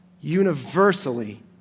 universally